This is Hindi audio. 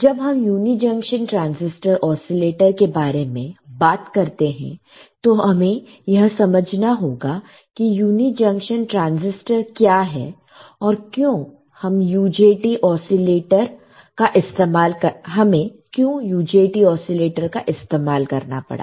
जब हम यूनी जंक्शन ट्रांसिस्टर ओसीलेटर के बारे में बात करते हैं तो हमें यह समझना होगा कि यूनी जंक्शन ट्रांसिस्टर क्या है और क्यों हमें UJT ओसीलेटर का इस्तेमाल करना पड़ा